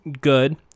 good